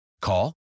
Call